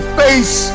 face